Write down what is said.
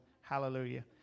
hallelujah